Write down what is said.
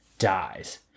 dies